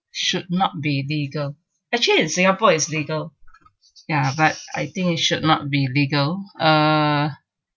should not be the legal actually in singapore is legal ya but I think it should not be legal err